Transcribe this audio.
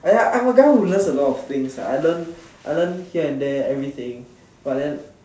ah ya I'm a guy who learns a lot of things ah I learn I learn here and there everything but then